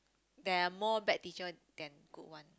there are more bad teacher than good one